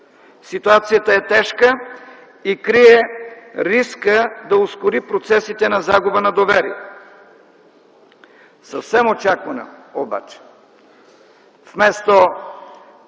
Ситуацията е тежка и крие риска да ускори процесите на загуба на доверие. Съвсем очаквано обаче,